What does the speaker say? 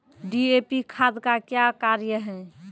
DAP खाद का क्या कार्य हैं?